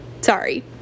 sorry